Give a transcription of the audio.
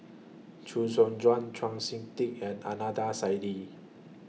Chee Soon Juan Chau Sik Ting and Ananda Saidi